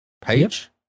page